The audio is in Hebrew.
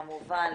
כמובן,